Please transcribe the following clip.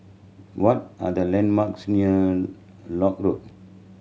what are the landmarks near Lock Road